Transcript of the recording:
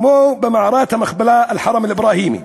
כמו במערת המכפלה, אל-חרם אל-אברהימי.